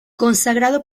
consagrado